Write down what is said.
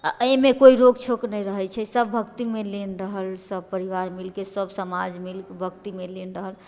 आ एहिमे कोइ रोक छोक नहि रहैत छै सब भक्तिमे लीन रहल सब परिवार मिलके सब समाज मिलके भक्तिमे लीन रहल